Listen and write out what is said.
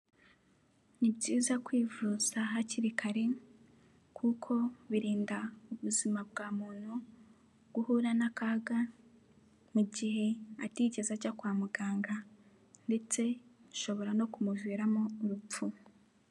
Ni byiza kwivuza hakiri kare kuko birinda ubuzima bwa muntu guhura n'akaga mu gihe atigeze ajya kwa muganga, ndetse bishobora no kumuviramo urupfu.